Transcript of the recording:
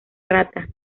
rata